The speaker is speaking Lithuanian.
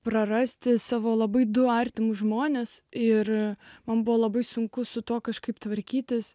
prarasti savo labai du artimus žmones ir man buvo labai sunku su tuo kažkaip tvarkytis